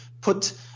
put